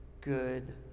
good